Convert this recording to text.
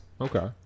Okay